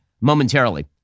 momentarily